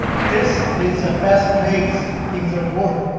this is the best place in the world.